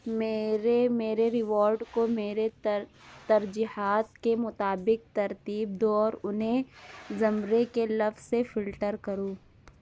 میرے میرے ریوارڈ کو میرے تر ترجیحات کے مطابق ترتیب دو اور انہیں زمرے کے لفظ سے فلٹر کرو